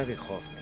at at home?